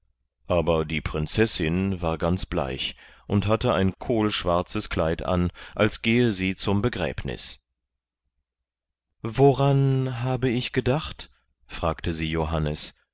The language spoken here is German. aber die prinzessin war ganz bleich und hatte ein kohlschwarzes kleid an als gehe sie zum begräbnis woran habe ich gedacht fragte sie johannes